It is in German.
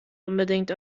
unbedingt